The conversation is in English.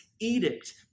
edict